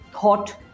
thought